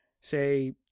say